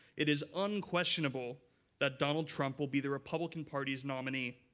it is unquestionable that donald trump will be the republican party's nominee.